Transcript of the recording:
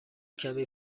کمی